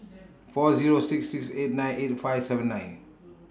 four Zero six six eight nine eight five seven nine